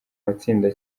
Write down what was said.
matsinda